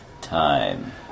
Time